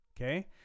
Okay